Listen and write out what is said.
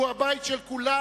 שהוא הבית של כולם.